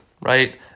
right